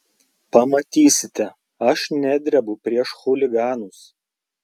pamatysite aš nedrebu prieš chuliganus